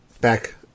back